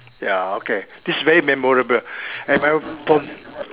ya okay this is very memorable and my from